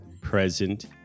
present